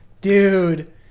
Dude